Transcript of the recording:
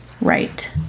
Right